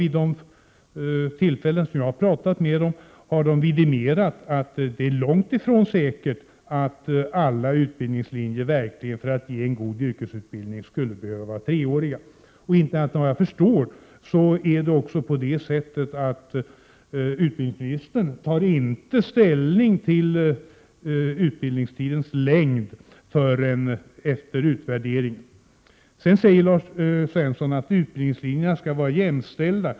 Vid de tillfällen jag har pratat med dem har de vidimerat att det är långt ifrån säkert att alla utbildningslinjer, för att ge en god yrkesutbildning, skulle behöva vara treåriga. Inte annat än jag förstår tar utbildningsministern inte ställning till utbildningstidens längd förrän en utvärdering skett. Lars Svensson säger att utbildningslinjerna skall vara jämställda.